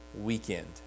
weekend